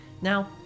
now